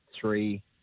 three